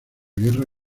guerra